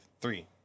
three